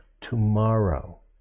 tomorrow